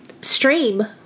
Stream